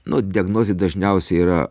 nu diagnozė dažniausiai yra